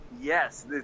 yes